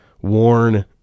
warn